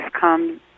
come